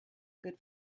good